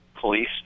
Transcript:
police